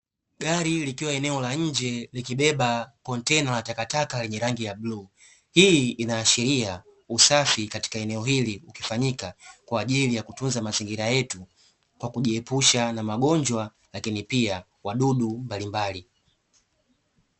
Gari likiwa eneo la nje likibeba kontena la takataka lenye rangi ya bluu hii inaashiria usafi katika eneo hili ukifanyika kwaajili ya kutunza mazingira yetu kwa kujiepusha na magonjwa lakini pia wadudu mbalimbali.